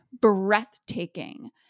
breathtaking